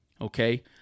Okay